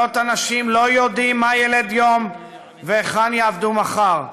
מאות אנשים לא יודעים מה ילד יום והיכן יעבדו מחר,